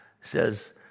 says